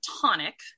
tonic